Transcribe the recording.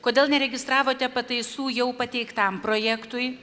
kodėl neregistravote pataisų jau pateiktam projektui